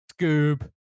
Scoob